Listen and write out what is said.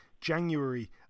January